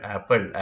Apple